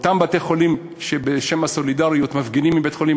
אותם בתי-חולים שבשם הסולידריות מפגינים עם בית-חולים